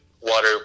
Water